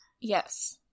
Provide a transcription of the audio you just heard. Yes